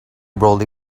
brolly